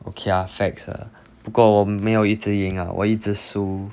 okay facts ah 不过我没有一直赢：bu guo wo mei you yi zhi ying ah 我一直输